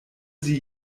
sie